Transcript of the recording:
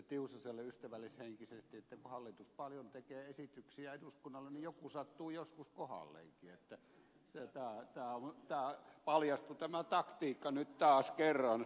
tiusaselle ystävällishenkisesti että kun hallitus paljon tekee esityksiä eduskunnalle niin joku sattuu joskus kohdalleenkin että tämä taktiikka paljastui nyt taas kerran